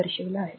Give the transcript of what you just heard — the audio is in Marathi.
6 आहे